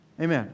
Amen